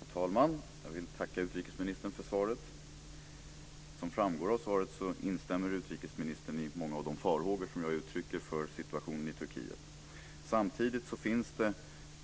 Fru talman! Jag vill tacka utrikesministern för svaret. Som framgår av svaret instämmer utrikesministern i många av de farhågor som jag uttrycker för situationen i Turkiet. Men samtidigt finns det